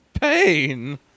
pain